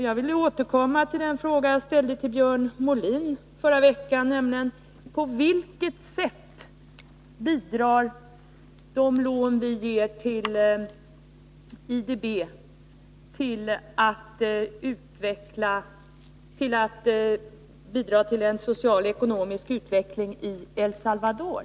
Jag vill återkomma till den fråga jag ställde till Björn Molin förra veckan: På vilket sätt bidrar de medel vi ger till IDB till en social och ekonomisk utveckling i El Salvador?